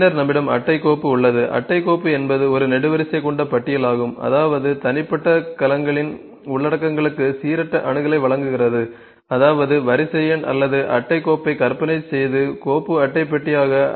பின்னர் நம்மிடம் அட்டை கோப்பு உள்ளது அட்டை கோப்பு என்பது ஒரு நெடுவரிசை கொண்ட பட்டியலாகும் அதாவது தனிப்பட்ட கலங்களின் உள்ளடக்கங்களுக்கு சீரற்ற அணுகலை வழங்குகிறது அதாவது வரிசை எண் அல்லது அட்டை கோப்பை கற்பனை செய்து கோப்பு அட்டை பெட்டியாக